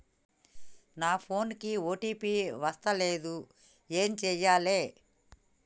నా ఫోన్ కి ఓ.టీ.పి వస్తలేదు ఏం చేయాలే?